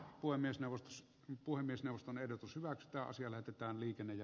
puhemiesneuvostossa puhemiesneuvoston ehdotus hyväksytä asia lähetetään liikenne ja